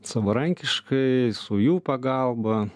savarankiškai su jų pagalba